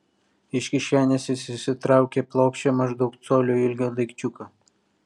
iš kišenės jis išsitraukė plokščią maždaug colio ilgio daikčiuką